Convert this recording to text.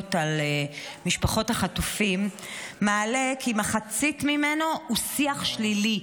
על משפחות החטופים מעלה כי מחצית ממנו הוא שיח שלילי.